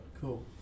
Cool